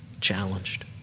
challenged